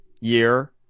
year